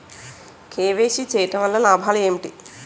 KYC చేయటం వలన లాభాలు ఏమిటి?